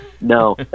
No